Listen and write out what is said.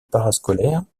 parascolaire